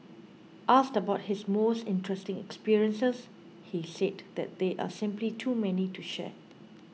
asked about his most interesting experiences he said that there are simply too many to share